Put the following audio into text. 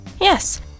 Yes